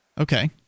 Okay